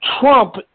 Trump